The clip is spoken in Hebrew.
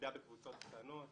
למידה בקבוצות קטנות,